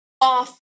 off